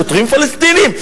שוטרים פלסטינים.